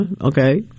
okay